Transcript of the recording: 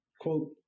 quote